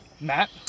Matt